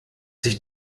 sich